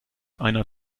einer